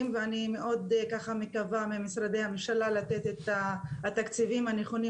ואני מקווה מאוד ממשרדי הממשלה לתת את התקציבים הנכונים